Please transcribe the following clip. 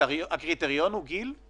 הקריטריון הוא גיל?